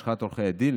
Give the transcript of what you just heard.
לשכת עורכי הדין,